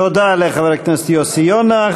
תודה לחבר הכנסת יוסי יונה.